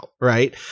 right